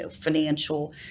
financial